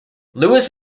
lewis